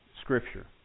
Scripture